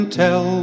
tell